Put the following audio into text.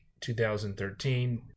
2013